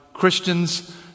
Christians